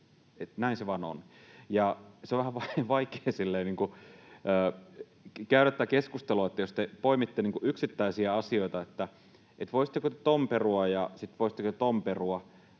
Näin se vain on. On vähän vaikea käydä tätä keskustelua, jos te poimitte yksittäisiä asioita, että ”voisitteko te tuon perua ja sitten voisitteko tuon perua”,